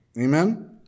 Amen